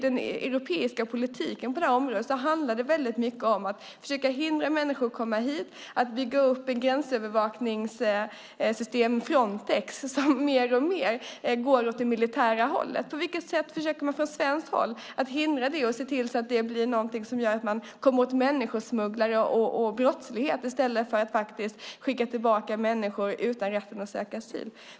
Den europeiska politiken på det här området handlar väldigt mycket om att försöka hindra människor från att komma hit, om att bygga upp ett gränsövervakningssystem, Frontex, som mer och mer går åt det militära hållet. På vilket sätt försöker man från svenskt håll att hindra det och se till att man kommer åt människosmugglare och brottslighet i stället för att skicka tillbaka människor utan rätten att söka asyl?